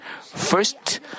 First